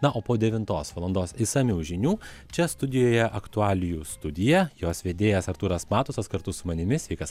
na o po devintos valandos išsamių žinių čia studijoje aktualijų studija jos vedėjas artūras matusas kartu su manimi sveikas